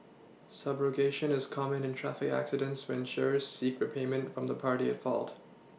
subrogation is common in traffic accidents when insurers seek repayment from the party at fault